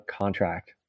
contract